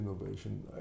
innovation